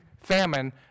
famine